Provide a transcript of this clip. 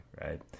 right